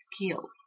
skills